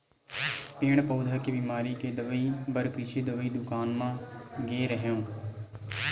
पेड़ पउधा के बिमारी के दवई बर कृषि दवई दुकान म गे रेहेंव